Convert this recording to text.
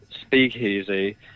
speakeasy